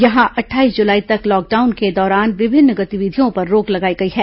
यहां अट्ठाईस जुलाई तक लॉकडाउन के दौरान विभिन्न गतिविधियों पर रोक लगाई गई है